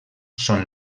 són